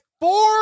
four